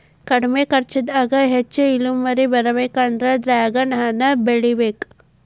ಕಡ್ಮಿ ಕರ್ಚದಾಗ ಹೆಚ್ಚ ಇಳುವರಿ ಬರ್ಬೇಕಂದ್ರ ಡ್ರ್ಯಾಗನ್ ಹಣ್ಣ ಬೆಳಿಬೇಕ